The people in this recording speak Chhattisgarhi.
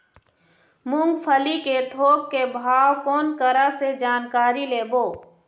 मूंगफली के थोक के भाव कोन करा से जानकारी लेबो?